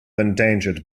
endangered